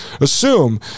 assume